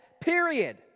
period